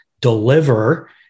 deliver